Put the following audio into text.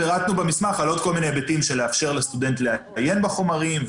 פירטנו במסמך על עוד כל מיני היבטים של לאפשר לסטודנט לעיין בחומרים,